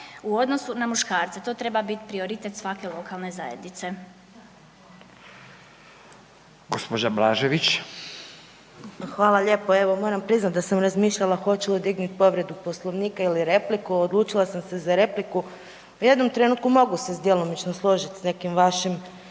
u odnosu na muškarca, to treba bit prioritet svake lokalne zajednice. **Radin, Furio (Nezavisni)** Gđa. Blažević. **Blažević, Anamarija (HDZ)** Hvala lijepa. Evo moram priznat da sam već mislila hoću li dignit povredu Poslovnika ili repliku, odlučila sam se za repliku. U jednom trenutku mogu se djelomično složit s nekim vašim